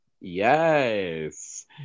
Yes